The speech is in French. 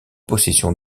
possession